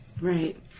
Right